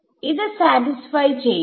ഇത് അത് സാറ്റിസ്ഫൈ ചെയ്യും